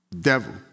devil